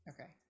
Okay